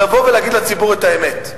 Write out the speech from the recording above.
לבוא ולהגיד לציבור את האמת.